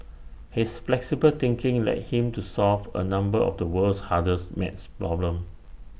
his flexible thinking led him to solve A number of the world's hardest maths problems